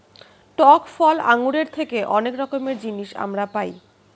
টক ফল আঙ্গুরের থেকে অনেক রকমের জিনিস আমরা পাই